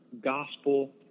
gospel